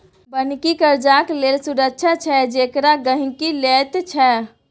बन्हकी कर्जाक लेल सुरक्षा छै जेकरा गहिंकी लैत छै